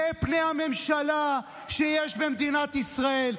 אלה פני הממשלה שיש במדינת ישראל,